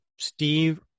Steve